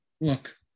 look